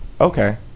Okay